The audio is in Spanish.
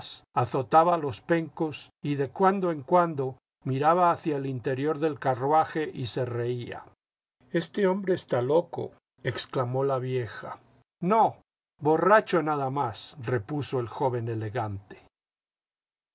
azotaba a los pencos y de vez en cuando miraba hacia el interior del carruaje y se reía este hombre está loco exclamó la vieja no borracho nada más repuso el joven elegante